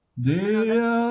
Dear